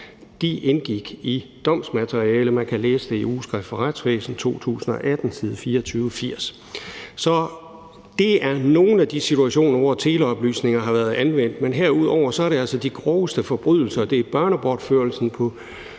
De indgik i domsmaterialet, og man kan læse det i Ugeskrift for Retsvæsen, 2018, side 2.480. Så det er nogle af de situationer, hvor teleoplysninger har været anvendt, men herudover er det altså de groveste forbrydelser. Det er børnebortførelsen på